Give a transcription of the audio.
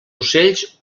ocells